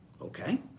Okay